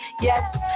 Yes